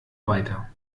weiter